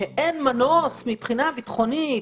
זה שאומרים את המילה איום, ביטחוני,